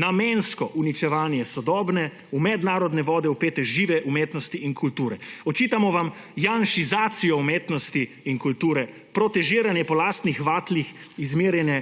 namensko uničevanje sodobne, v mednarodne vode vpete žive umetnosti in kulture. Očitamo vam janšizacijo umetnosti in kulture, protežiranje po lastnih vatlih izmerjene